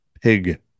pig